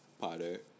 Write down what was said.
Potter